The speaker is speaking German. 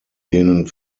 denen